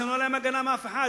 שם לא היתה להם הגנה מאף אחד.